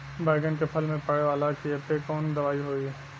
बैगन के फल में पड़े वाला कियेपे कवन दवाई होई?